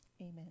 Amen